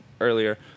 earlier